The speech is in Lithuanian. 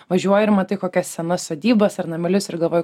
važiuoji ir matai kokias senas sodybas ar namelius ir galvoji